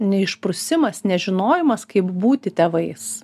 neišprusimas nežinojimas kaip būti tėvais